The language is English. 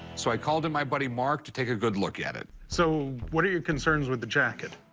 so i called in my buddy, mark, to take a good look at it. so what are your concerns with the jacket?